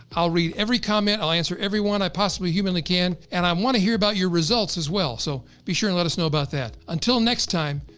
i'll read every comment, i'll answer everyone i possibly humanly can. and i wanna hear about your results as well. so be sure and let us know about that. until next time,